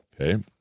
okay